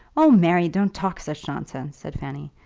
oh, mary, don't talk such nonsense, said fanny.